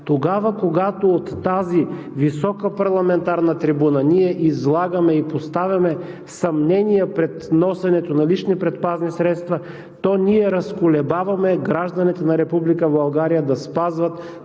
Тогава, когато от тази висока парламентарна трибуна ние излагаме и поставяме съмнения пред носенето на лични предпазни средства, то ние разколебаваме гражданите на Република